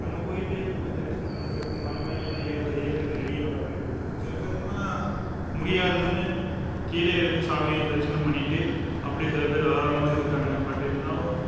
அங்கே போயிட்டு அதுக்கு போய் தரிசனம் பண்றதுக்கு மலை மேலேலாம் ஏற் ஏறதுக்கு ரெடியாவாங்கள் சில பேர்லாம் முடியாதுன்னு கீழே இருந்து சாமியை தரிசனம் பண்ணிவிட்டு அப்படியே சிலபேர் வாரவங்களும் இருக்காங்க பட் இருந்தாலும்